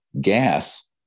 gas